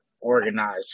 organized